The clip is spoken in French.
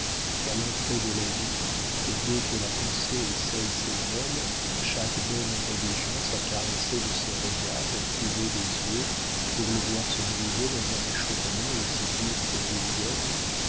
qu'à l'entrée de la vie et dès que la pensée essaie ses ailes chaque belle intelligence a caressé de ses regards et couvé des yeux pour le voir se briser dans un achoppement aussi dur que